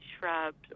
shrubs